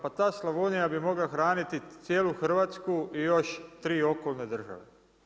Pa ta Slavonija bi mogla hraniti cijelu Hrvatsku i još 3 okolne države.